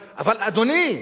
אדוני,